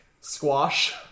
squash